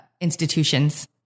institutions